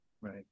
Right